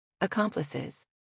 Accomplices